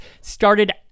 started